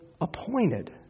appointed